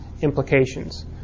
implications